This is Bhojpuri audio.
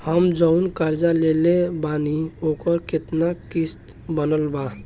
हम जऊन कर्जा लेले बानी ओकर केतना किश्त बनल बा?